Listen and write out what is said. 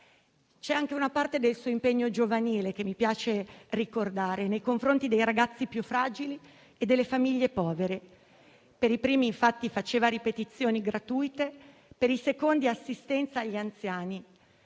C'è anche una parte del suo impegno giovanile che mi piace ricordare, nei confronti dei ragazzi più fragili e delle famiglie povere. Per i primi infatti faceva ripetizioni gratuite, per i secondi assistenza agli anziani;